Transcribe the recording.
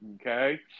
Okay